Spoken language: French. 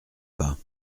pas